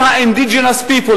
הם ה-indigenous people,